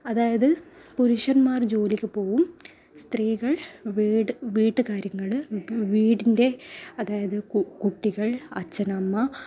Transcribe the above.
അതായത് പുരുഷന്മാർ ജോലിക്ക് പോവും സ്ത്രീകൾ വീട് വീട്ടുകാര്യങ്ങൾ വീടിൻ്റെ അതായത് കു കുട്ടികൾ അച്ഛനമ്മ